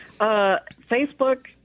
Facebook